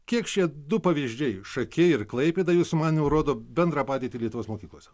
kiek šie du pavyzdžiai šakiai ir klaipėda jūsų manymu rodo bendrą padėtį lietuvos mokyklose